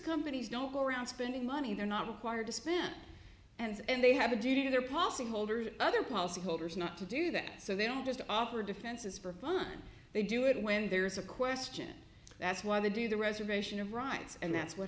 companies don't go around spending money they're not required to spend and they have a duty to their pulsing holders other policyholders not to do that so they don't just offer defenses for fun they do it when there's a question that's why they do the reservation of rights and that's what